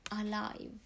alive